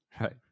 Right